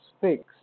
fixed